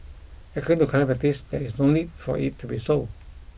according to current practice there is no need for it to be so